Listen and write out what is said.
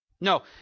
no